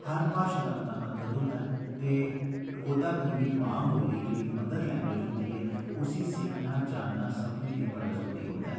हर भाशा दा अपना महत्व होंदा ऐ ते टकोह्दा करियै जेह्ड़ी मां बोल्ली जेह्ड़ी मदर लैंग्वेज होंदी ऐ उसी सिक्खना जानना सब्भनें लेई बड़ा जरूरी होंदा ऐ